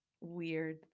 weird